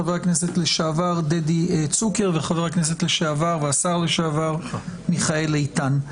חבר הכנסת לשעבר דדי צוקר וחבר הכנסת לשעבר והשר לשעבר מיכאל איתן.